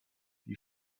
die